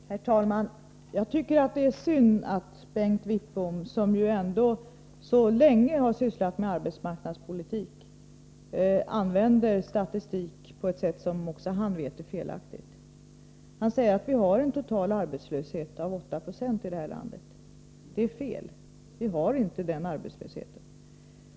Herr talman! Jag tycker det är synd att Bengt Wittbom, som ju ändå så länge har sysslat med arbetsmarknadspolitik, använder statistik på ett sätt som också han vet är felaktigt. Han säger att vi har en total arbetslöshet på 8 Yidet här landet. Det är fel. Vi har inte den arbetslösheten.